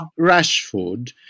Rashford